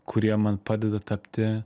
kurie man padeda tapti